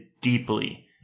deeply